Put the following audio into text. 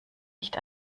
nicht